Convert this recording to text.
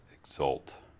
exult